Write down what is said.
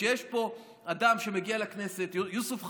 כשיש פה אדם שמגיע לכנסת, יוסף חדאד,